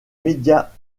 médias